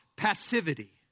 Passivity